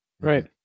Right